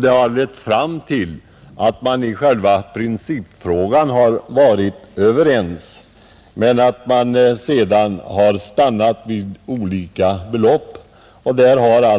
Det har lett fram till att vi i själva principfrågan har varit överens men sedan stannat vid olika belopp.